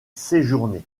séjourner